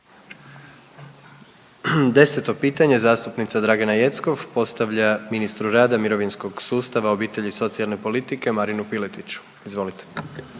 10. pitanje zastupnica Dragana Jeckov postavlja ministru rada, mirovinskog sustava, obitelji i socijalne politike Marinu Piletiću. Izvolite.